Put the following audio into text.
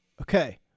Okay